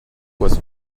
was